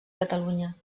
catalunya